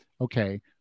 okay